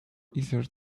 easier